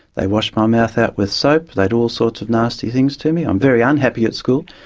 they wash my mouth out with soap, they do all sorts of nasty things to me, i'm very unhappy at school,